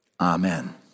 amen